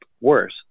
worse